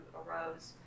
arose